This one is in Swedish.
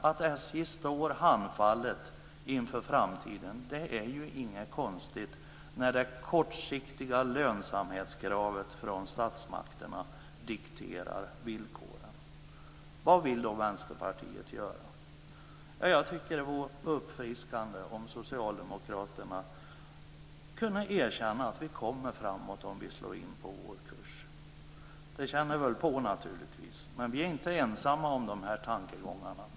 Att SJ står handfallet inför framtiden är inte konstigt när det kortsiktiga lönsamhetskravet från statsmakterna dikterar villkoren. Vad vill då Vänsterpartiet göra? Jag tycker att det vore uppfriskande om socialdemokraterna kunde erkänna att man skulle komma framåt om man slog in på vår kurs. Det frestar väl på naturligtvis, men vi är inte ensamma om dessa tankegångar.